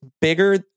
bigger